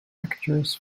lectures